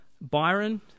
Byron